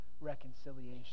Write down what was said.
reconciliation